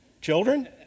children